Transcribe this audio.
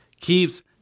keeps